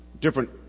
different